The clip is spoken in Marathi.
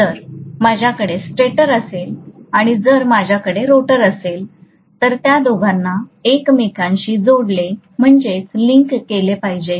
जर माझ्याकडे स्टेटर असेल आणि जर माझ्याकडे रोटर असेल तर त्या दोघांना एकमेकांशी जोडले पाहिजे